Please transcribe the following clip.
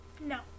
No